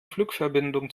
flugverbindung